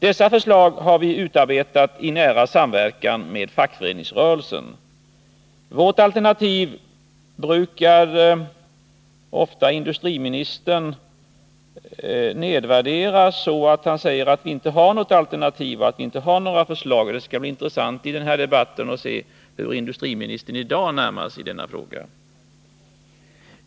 Dessa förslag har vi utarbetat i nära samverkan med fackföreningsrörelsen. Vårt alternativ brukar industriministern ofta nedvärdera genom att påstå att vi inte har några förslag. Det skall bli intressant att i den här debatten se hur han i dag närmar sig denna fråga.